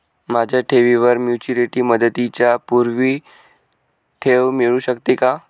माझ्या ठेवीवर मॅच्युरिटी मुदतीच्या पूर्वी ठेव मिळू शकते का?